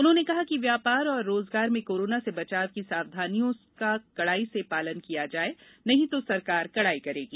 उन्होंने कहा कि व्यापार और रोजगार में कोरोना से बचाव की सावधानियों का कड़ाई से पालन किया जाए नहीं तो सरकार कड़ाई करेगी